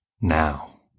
now